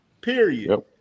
Period